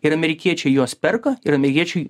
ir amerikiečiai juos perka ir amerikiečiai